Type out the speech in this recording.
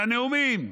על הנאומים,